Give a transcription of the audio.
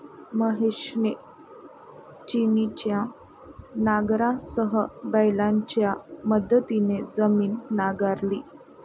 महेशने छिन्नीच्या नांगरासह बैलांच्या मदतीने जमीन नांगरली